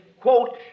quote